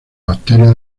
bacteria